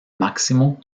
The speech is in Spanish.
máximo